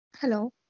hello